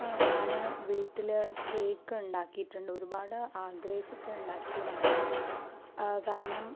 ആ ഞാൻ വീട്ടിൽ കേക്ക് ഉണ്ടാക്കിയിട്ടുണ്ട് ഒരുപാട് ആഗ്രഹിച്ചിട്ട് ഉണ്ടാക്കിയതാണ് കാരണം